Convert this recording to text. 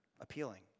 appealing